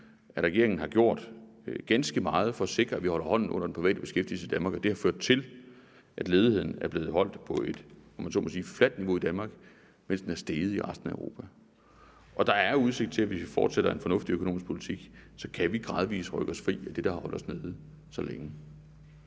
at regeringen har gjort ganske meget for at sikre, at vi holder hånden under den private beskæftigelse i Danmark. Det har ført til, at ledigheden er blevet holdt på et – om man så må sige – fladt niveau i Danmark, mens den er steget i resten af Europa. Og der er udsigt til, at vi, hvis vi fortsætter en fornuftig økonomisk politik, gradvis kan rykke os fri af det, der har holdt os nede så længe.